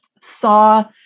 saw